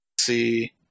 See